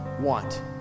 want